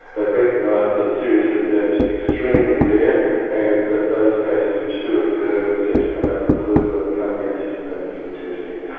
they've recognised that serious liver damage is extremely rare and that those cases which do occur seem to come out of the blue and can't be anticipated from testing.